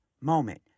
moment